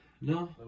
no